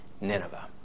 Nineveh